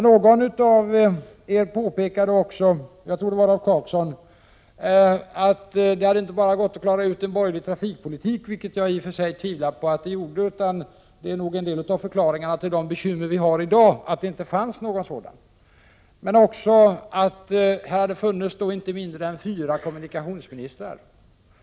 Någon av er, jag tror det var Rolf Clarkson, påpekade inte bara att det hade gått att klara ut en borgerlig trafikpolitik — vilket jag i och för sig tvivlar på; en av förklaringarna till bekymren i dag är nog att det inte fanns någon sådan — utan också att det hade funnits inte mindre än fyra kommunikationsministrar under den borgerliga tiden.